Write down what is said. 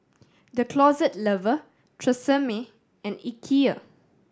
The Closet Lover Tresemme and Ikea